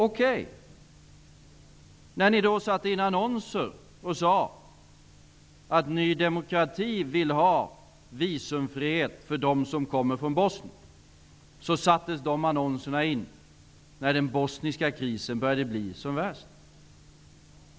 Okej, ni satte in annonser och sade: Ny demokrati vill ha visumfred för dem som kommer från Bosnien. Men de annonserna sattes in när den bosniska krisen började bli som värst.